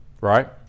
right